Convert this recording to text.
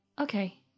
Okay